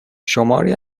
شماری